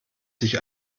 sich